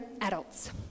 adults